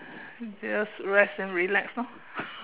just rest and relax lor